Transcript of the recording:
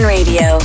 radio